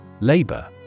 Labor